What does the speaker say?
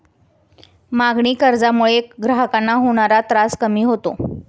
मागणी कर्जामुळे ग्राहकांना होणारा त्रास कमी होतो